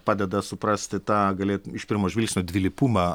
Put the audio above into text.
padeda suprasti tą galėt iš pirmo žvilgsnio dvilypumą